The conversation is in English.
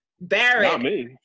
Barrett